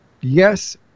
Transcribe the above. Yes